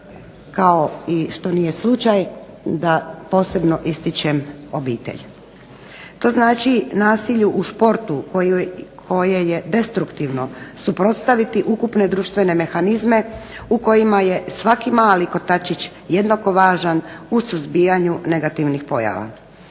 kao što nije slučaj da posebno ističem obitelj. To znači nasilje u športu koje je destruktivno, suprotstaviti ukupne društvene mehanizme u kojima je svaki mali kotačić jednako važan u suzbijanju negativnih pojava.